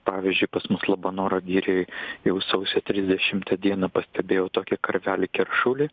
pavyzdžiui pas mus labanoro girioj jau sausio trisdešimtą dieną pastebėjau tokį karvelį keršulį